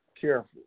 careful